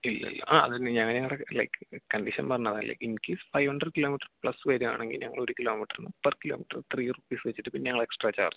ഇല്ലില്ലാ ആ അതന്നേ ഞാനവിടെ ലൈക് കണ്ടിഷൻ പറഞ്ഞതല്ലേ in case five hundred kilometres plus വരുകയാണെങ്കി ഞങ്ങൾ ഒരു കിലോമീറ്ററിന് പെർ കിലോമീറ്റർ ത്രീ റുപ്പീസ് വെച്ചിട്ട് ഇപ്പോ ഞങ്ങള് എക്സ്ട്രാ ചാർജ് ചെയ്യും